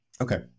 Okay